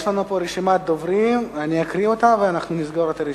יש רשימת דוברים, אני אקרא אותה ונסגור אותה: